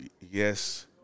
yes